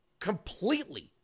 completely